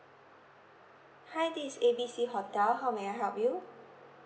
hi this is A B C hotel how may I help you